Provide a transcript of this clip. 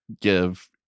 give